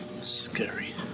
Scary